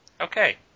Okay